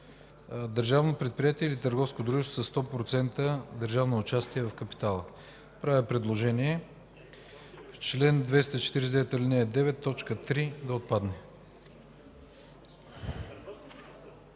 държавно предприятие или търговско дружество със 100% държавно участие в капитала. Правя предложение в чл. 249, ал. 9, т. 3 да отпадне.